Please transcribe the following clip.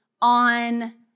on